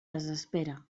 desespera